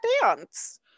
dance